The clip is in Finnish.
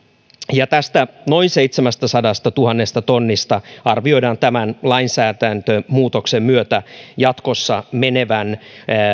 tästä noin seitsemästäsadastatuhannesta tonnista arvioidaan tämän lainsäädäntömuutoksen myötä jatkossa menevän